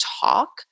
talk